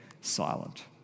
silent